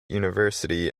university